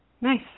Nice